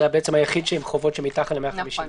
זה בעצם היחיד עם חובות שמתחת ל-50,000.